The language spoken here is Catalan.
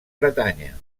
bretanya